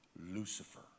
Lucifer